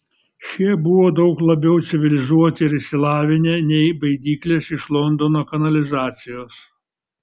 šie buvo daug labiau civilizuoti ir išsilavinę nei baidyklės iš londono kanalizacijos